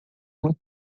uma